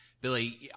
Billy